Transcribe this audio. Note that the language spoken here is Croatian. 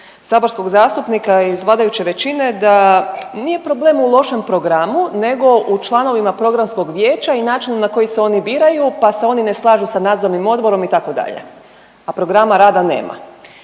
saborskog zastupnika iz vladajuće većine da nije problem u lošem programu nego u članovima programskog vijeća i načinu na koji se oni biraju pa se oni ne slažu sa nadzornim odborom, itd., a programa rada nema.